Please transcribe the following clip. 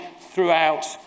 throughout